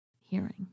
hearing